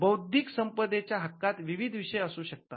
बौद्धिक संपदेच्या हक्कात विविध विषय असू शकतात